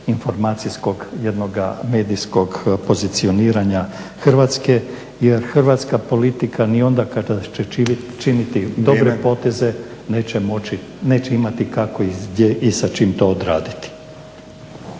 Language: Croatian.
informacijskog jednoga medijskog pozicioniranja Hrvatske. Jer hrvatska politika ni onda kada će činiti dobre poteze … …/Upadica Stazić: